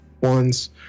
ones